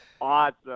awesome